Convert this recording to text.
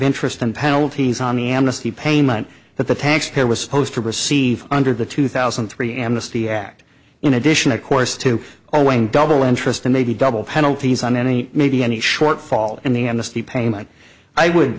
interest and penalties on the amnesty payment that the taxpayer was supposed to receive under the two thousand and three amnesty act in addition of course to owing double interest and maybe double penalties on any maybe any shortfall in the amnesty payment i would